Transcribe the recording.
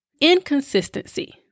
inconsistency